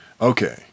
Okay